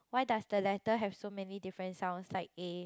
why does the letter have so many different sounds like A